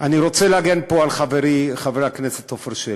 אני רוצה להגן פה על חברי חבר הכנסת עפר שלח.